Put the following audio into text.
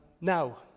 now